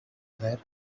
other